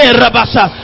rabasa